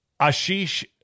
Ashish